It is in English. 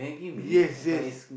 yes yes